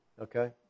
Okay